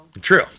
True